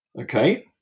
Okay